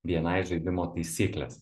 bni žaidimo taisykles